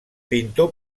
pintor